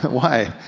why?